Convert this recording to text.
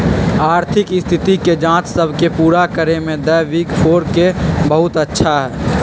आर्थिक स्थिति के जांच सब के पूरा करे में द बिग फोर के बहुत अच्छा हई